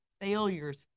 failures